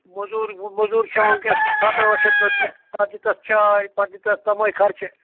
موزوٗر موزوٗر چھِ ہٮ۪وان وٕنۍکٮ۪س سَتھ ٲٹھ شَتھ رۄپیہِ پَتہٕ دِتتھ چاے پَتہٕ دِتتھ تَمَے خرچہِ